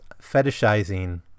fetishizing